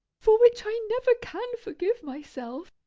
for which i never can forgive myself,